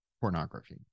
pornography